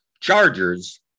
Chargers